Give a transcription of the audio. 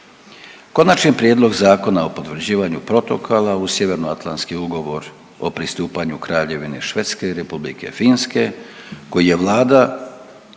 Konačni Prijedlog Zakona o potvrđivanju protokola u Sjevernoatlantski ugovor o pristupanju Kraljevine Švedske i Republike Finske koji je Vlada